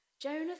Jonah